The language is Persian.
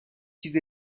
چیز